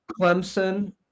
Clemson